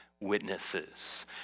Witnesses